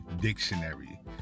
dictionary